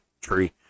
tree